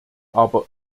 aber